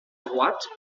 droite